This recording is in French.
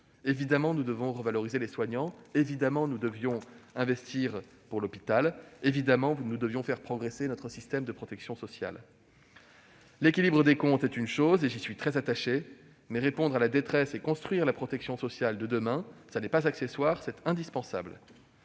évident que nous devions revaloriser les soignants, investir pour l'hôpital et faire progresser notre système de protection sociale. L'équilibre des comptes est une chose, et j'y suis très attaché ; mais répondre à la détresse et construire la protection sociale de demain, ça n'est pas accessoire, c'est indispensable